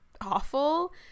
awful